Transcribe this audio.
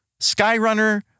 Skyrunner